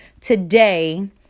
today